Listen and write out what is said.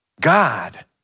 God